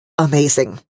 Amazing